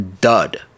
dud